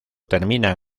terminan